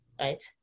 right